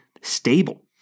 stable